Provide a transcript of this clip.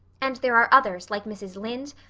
and there are others, like mrs. lynde,